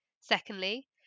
Secondly